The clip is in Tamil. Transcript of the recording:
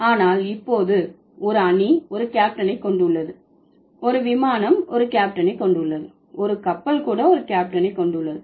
ஆனால் இப்போது ஒரு அணி ஒரு கேப்டனை கொண்டுள்ளது ஒரு விமானம் ஒரு கேப்டனை கொண்டுள்ளது ஒரு கப்பல் கூட ஒரு கேப்டனை கொண்டுள்ளது